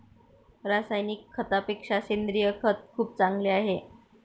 रासायनिक खतापेक्षा सेंद्रिय खत खूप चांगले आहे